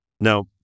Now